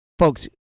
Folks